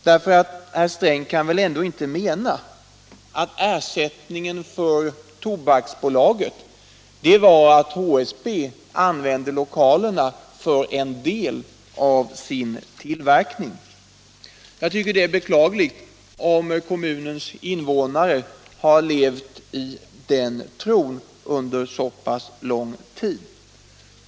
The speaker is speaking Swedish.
Gunnar Sträng kan väl ändå inte mena att ersättningen för Tobaksbolaget var att HSB använde lokalerna för en del av sin tillverkning? Jag tycker att det är beklagligt om kommunens invånare har levt i en felaktig tro under så lång tid.